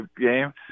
game